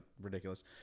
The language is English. ridiculous